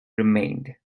remained